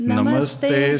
Namaste